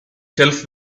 shelves